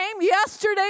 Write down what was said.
yesterday